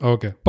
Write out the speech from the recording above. Okay